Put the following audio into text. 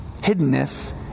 hiddenness